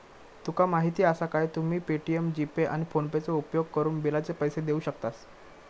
तुका माहीती आसा काय, तुम्ही पे.टी.एम, जी.पे, आणि फोनेपेचो उपयोगकरून बिलाचे पैसे देऊ शकतास